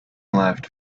left